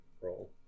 roll